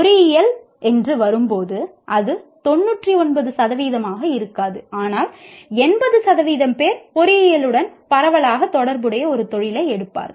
பொறியியல் என்று வரும்போது அது 99 சதவீதமாக இருக்காது ஆனால் 80 சதவீதம் பேர் பொறியியலுடன் பரவலாக தொடர்புடைய ஒரு தொழிலை எடுப்பார்கள்